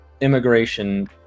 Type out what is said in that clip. immigration